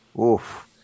Oof